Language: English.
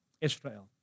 Israel